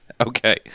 Okay